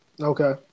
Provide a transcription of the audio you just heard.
Okay